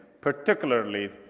particularly